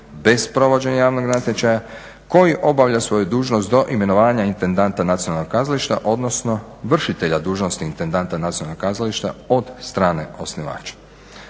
bez provođenja javnog natječaja, koji obavlja svoju dužnost do imenovanja intendanta nacionalnog kazališta odnosno vršitelja dužnosti intendanta nacionalnog kazališta od strane osnivača.